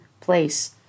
place